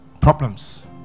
problems